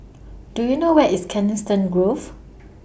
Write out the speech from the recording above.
Do YOU know Where IS Coniston Grove